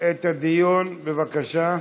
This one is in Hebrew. את הדיון, בבקשה.